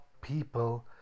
people